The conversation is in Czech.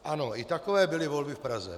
Ano, i takové byly volby v Praze.